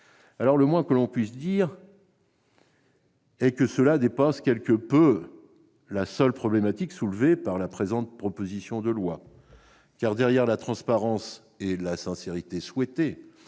clairs. Le moins que l'on puisse dire est que cela dépasse quelque peu la seule problématique soulevée par la présente proposition de loi. Au-delà de la transparence et de la sincérité souhaitées